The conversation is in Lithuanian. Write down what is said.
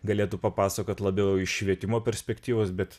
galėtų papasakot labiau iš švietimo perspektyvos bet